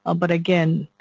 ah but again,